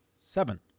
seven